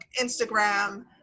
Instagram